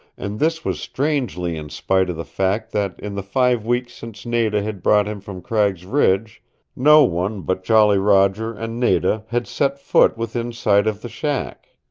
and this was strangely in spite of the fact that in the five weeks since nada had brought him from cragg's ridge no one but jolly roger and nada had set foot within sight of the shack.